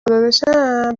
داداشم